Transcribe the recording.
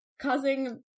causing